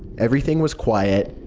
everything was quiet,